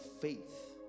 faith